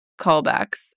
callbacks